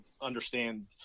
understand